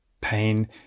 pain